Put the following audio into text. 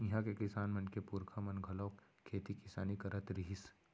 इहां के किसान मन के पूरखा मन घलोक खेती किसानी करत रिहिस